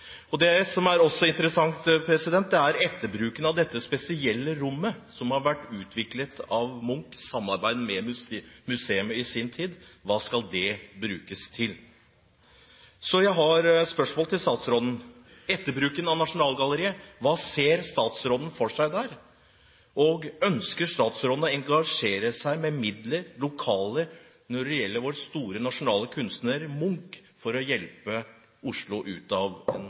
Det som også er interessant, er etterbruken av dette spesielle rommet som har vært utviklet av Munch i samarbeid med museet i sin tid. Hva skal det brukes til? Jeg har spørsmål til statsråden: Etterbruken av Nasjonalgalleriet – hva ser statsråden for seg der? Ønsker statsråden å engasjere seg med midler, lokaler, når det gjelder vår store nasjonale kunstner Munch, for å hjelpe Oslo ut av